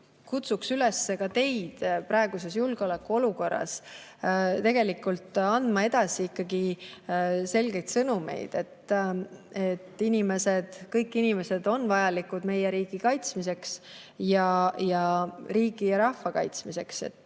kutsun üles ka teid praeguses julgeolekuolukorras tegelikult andma edasi ikkagi selgeid sõnumeid, et kõik inimesed on vajalikud meie riigi kaitsmiseks, riigi ja rahva kaitsmiseks.